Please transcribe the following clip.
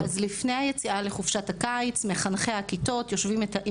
לפני היציאה לחופשת הקיץ מחנכי הכיתות יושבים עם